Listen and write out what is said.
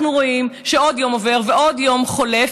אנחנו רואים שעוד יום עובר ועוד יום חולף,